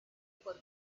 por